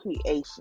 creation